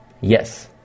Yes